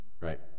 right